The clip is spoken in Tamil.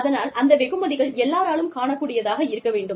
அதனால் அந்த வெகுமதிகள் எல்லோராலும் காணக் கூடியதாக இருக்க வேண்டும்